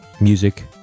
Music